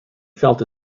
felt